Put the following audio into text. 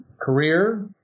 career